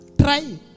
Try